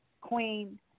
Queen